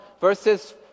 verses